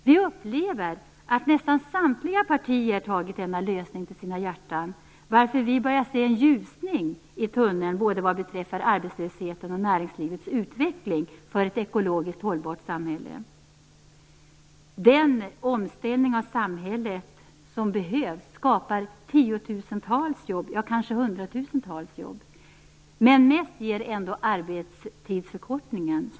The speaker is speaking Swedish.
Vi upplever att nästan samtliga partier tagit denna lösning till sina hjärtan, varför vi börjar se en ljusning i tunneln både vad beträffar arbetslösheten och näringslivets utveckling för ett ekologiskt hållbart samhälle. Den omställning av samhället som behövs skapar tiotusentals jobb, kanske hundratusentals jobb. Men mest ger ändå arbetstidsförkortningen.